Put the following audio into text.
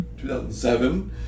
2007